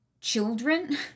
children